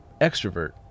extrovert